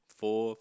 four